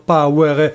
Power